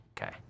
Okay